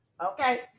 Okay